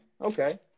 Okay